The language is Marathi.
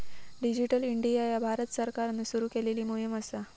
डिजिटल इंडिया ह्या भारत सरकारान सुरू केलेली मोहीम असा